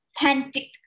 authentic